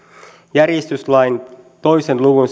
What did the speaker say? järjestyslain kahden luvun